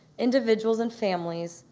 individuals and families,